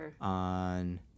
on